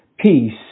peace